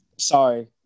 sorry